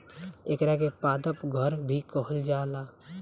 एकरा के पादप घर भी कहल जाला